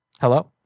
Hello